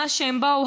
מה שהם באו,